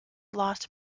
lost